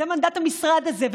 זה מנדט המשרד הזה.